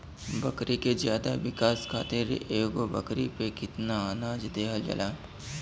बकरी के ज्यादा विकास खातिर एगो बकरी पे कितना अनाज देहल जाला?